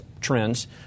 trends